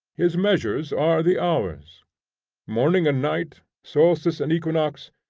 his measures are the hours morning and night, solstice and equinox,